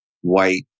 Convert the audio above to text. white